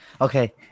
Okay